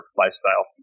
lifestyle